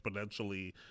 exponentially